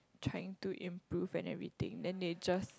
trying to improve and everything then they just